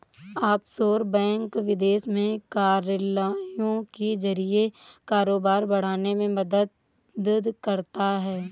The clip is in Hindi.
ऑफशोर बैंक विदेश में कार्यालयों के जरिए कारोबार बढ़ाने में मदद करता है